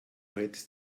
hättest